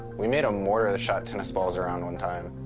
we made a mortar that shot tennis balls around one time.